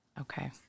Okay